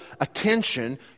attention